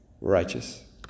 Righteous